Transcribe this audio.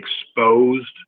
exposed